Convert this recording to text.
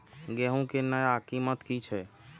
गेहूं के नया कीमत की छे?